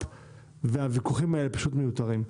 פנים והוויכוחים האלה פשוט מיותרים.